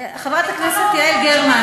חברת הכנסת יעל גרמן,